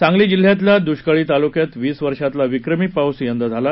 सांगली जिल्ह्यातल्या दृष्काळी तालुक्यात वीस वर्षातला विक्रमी पाऊस यंदा झाला